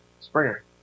Springer